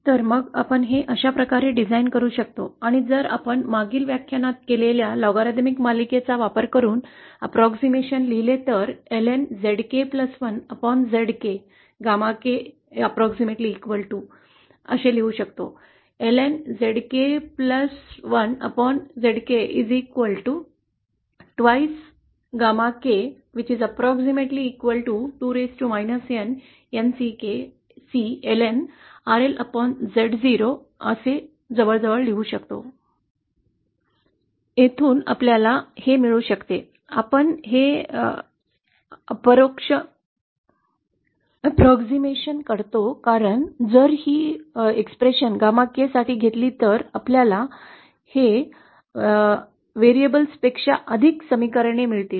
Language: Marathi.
तर मग आपण हे अशा प्रकारे डिझाइन करू शकतो आणि जर आपण मागील व्याख्यानात केलेल्या लॉगरिथमिक मालिकेचा वापर करून अॅप्रॉक्सीमेशन लिहिले तरतर आपण gamma के च्या संदर्भात ln Zk १ Zk हे γ k लिहू शकतो जेणेकरून आपल्याकडे सहजपणे आपणास माहित आहे की Ln Zk १ Zk 2 γ k च्या समान आहे यामधून हे जवळजवळ 2raised C ln RlLZ0 आहे येथून आपल्याला हे मिळू शकते आपण हे अॅप्रॉक्सीमेशन करतो कारण जर ही अभिव्यक्ती γ k साठी घेतली तर आपल्याला व्हेरिएबल्सपेक्षा अधिक समीकरणे मिळतील